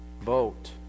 vote